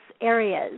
areas